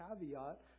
caveat